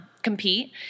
compete